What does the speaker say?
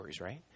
right